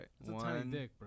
One